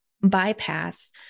bypass